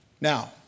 Now